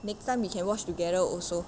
next time we can watch together also